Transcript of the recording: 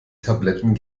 tabletten